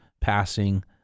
passing